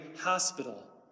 hospital